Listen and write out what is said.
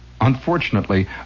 unfortunately